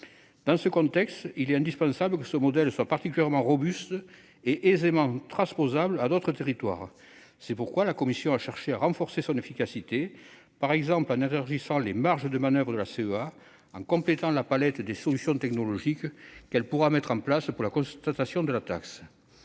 Dans ce contexte, il est indispensable que ce modèle soit particulièrement robuste et aisément transposable à d'autres territoires. C'est pourquoi la commission a cherché à renforcer son efficacité, par exemple en élargissant les marges de manoeuvre de la CEA ou en complétant la palette des solutions technologiques que celle-ci pourra mettre en place pour la constatation de la taxe.